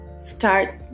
start